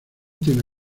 tiene